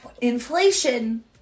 inflation